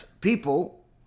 people